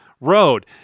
Road